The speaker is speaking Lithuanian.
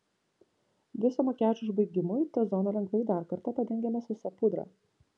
viso makiažo užbaigimui t zoną lengvai dar kartą padengiame sausa pudra